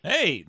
Hey